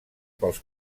pels